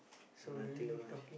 nothing much